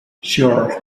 sure